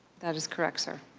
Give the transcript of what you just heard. that is correct, sir.